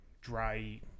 dry